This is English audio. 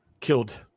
killed